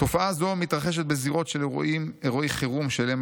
"תופעה זו מתרחשת בזירות של אירועי חירום שאליהם